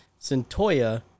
Centoya